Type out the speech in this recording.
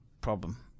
problem